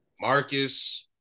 Marcus